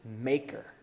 maker